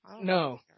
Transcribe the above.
No